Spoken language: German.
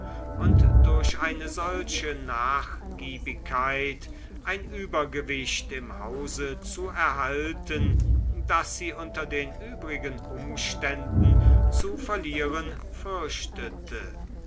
und durch eine solche nachgiebigkeit ein übergewicht im hause zu erhalten das sie unter den übrigen umständen zu verlieren